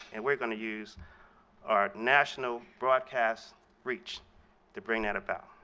and we're going to use our national broadcast reach to bring that about.